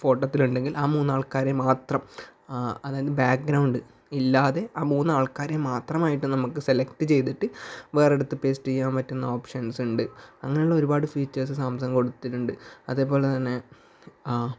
ഫോട്ടത്തിൽ ഉണ്ടെങ്കിൽ ആ മൂന്നാൾക്കാരെയും മാത്രം അതായത് ബാക്ക്ഗ്രൗണ്ട് ഇല്ലാതെ ആ മൂന്ന് ആൾക്കാരെ മാത്രമായിട്ട് നമുക്ക് സെലക്ട് ചെയ്തിട്ട് വേറൊരിടത്ത് പേസ്റ്റ് ചെയ്യാൻ പറ്റുന്ന ഓപ്ഷൻസ് ഉണ്ട് അങ്ങനെയുള്ള ഒരുപാട് ഫീച്ചേഴ്സ് സാംസങ് കൊടുത്തിട്ടുണ്ട് അതേപോലെ തന്നെ ആ